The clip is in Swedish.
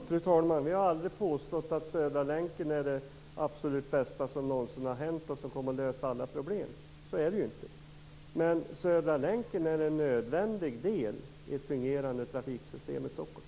Fru talman! Vi har aldrig påstått att Södra länken är det absolut bästa som någonsin har hänt och som kommer att lösa alla problem. Så är det ju inte. Men Södra länken är en nödvändig del i ett fungerande trafiksystem i Stockholm.